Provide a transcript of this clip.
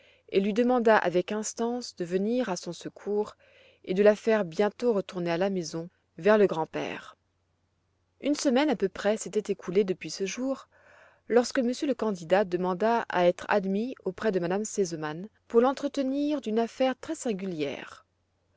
et lui demanda avec instance de venir à son secours et de la faire bientôt retourner à la maison vers le grand-père une semaine à peu près s'était écoulée depuis ce jour lorsque monsieur le candidat demanda à être admis auprès de m me sesemann pour l'entretenir d'une affaire très singulière